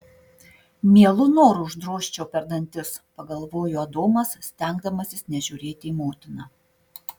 mielu noru uždrožčiau per dantis pagalvojo adomas stengdamasis nežiūrėti į motiną